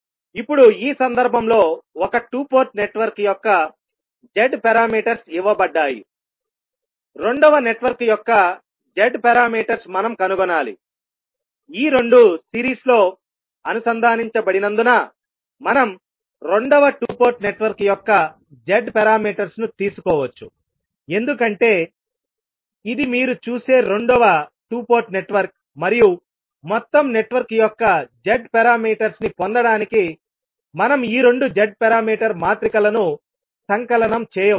ఇప్పుడు ఈ సందర్భంలో ఒక 2 పోర్ట్ నెట్వర్క్ యొక్క Z పారామీటర్స్ ఇవ్వబడ్డాయి రెండవ నెట్వర్క్ యొక్క Z పారామీటర్స్ మనం కనుగొనాలి ఈ రెండూ సిరీస్లో అనుసంధానించబడినందున మనం రెండవ 2 పోర్ట్ నెట్వర్క్ యొక్క Z పారామీటర్స్ ను తీసుకోవచ్చు ఎందుకంటే ఇది మీరు చూసే రెండవ 2 పోర్ట్ నెట్వర్క్ మరియు మొత్తం నెట్వర్క్ యొక్క Z పారామీటర్స్ ని పొందడానికి మనం ఈ రెండు Z పారామీటర్ మాత్రికలను సంకలనం చేయవచ్చు